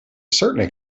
certain